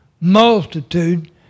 multitude